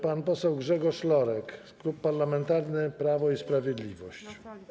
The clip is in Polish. Pan poseł Grzegorz Lorek, Klub Parlamentarny Prawo i Sprawiedliwość.